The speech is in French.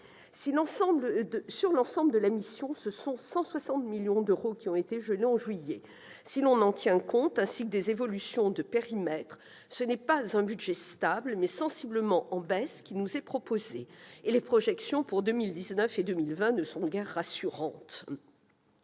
Sur l'ensemble des crédits de la mission, 160 millions d'euros ont été gelés en juillet. Si l'on tient compte de cela et des évolutions de périmètre, c'est un budget non pas stable mais sensiblement en baisse qui nous est proposé, et les projections pour 2019 et 2020 ne sont guère rassurantes